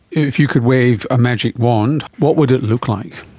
if you could wave a magic wand, what would it look like?